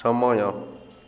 ସମୟ